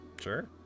Sure